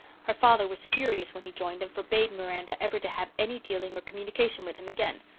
her father was furious when he joined and forbade miranda ever to have any dealing or communication with him again.